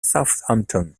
southampton